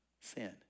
Sin